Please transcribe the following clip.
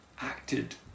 acted